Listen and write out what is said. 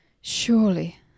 Surely